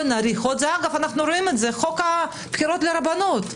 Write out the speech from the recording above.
רואים את זה - חוק הבחירות לרבנות.